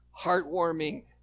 heartwarming